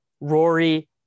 rory